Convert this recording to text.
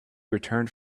returned